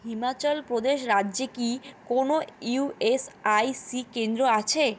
হিমাচল প্রদেশ রাজ্যে কি কোনো ইউ এস আই সি কেন্দ্র আছে